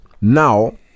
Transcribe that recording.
now